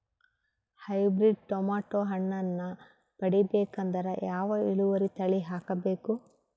Hybrid tomato ಹಣ್ಣನ್ನ ಪಡಿಬೇಕಂದರ ಯಾವ ಇಳುವರಿ ತಳಿ ಹಾಕಬೇಕು?